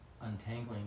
untangling